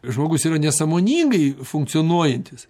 žmogus yra nesąmoningai funkcionuojantis